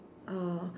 uh